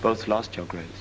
both lost children